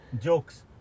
Jokes